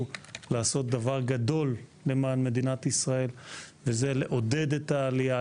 לעשות דבר גדול וזה לעודד את העלייה,